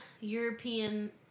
European